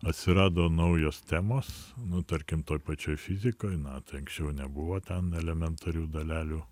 atsirado naujos temos nu tarkim toj pačioj fizikoj na tai anksčiau nebuvo ten elementarių dalelių